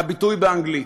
הביטוי באנגלית.